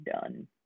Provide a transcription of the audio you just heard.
done